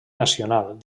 nacional